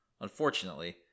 Unfortunately